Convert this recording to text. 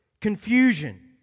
confusion